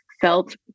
felt